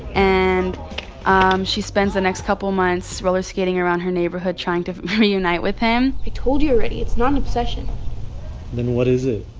and um she spends the next couple months roller-skating around her neighborhood trying to reunite with him i told you already. it's not an obsession then what is it?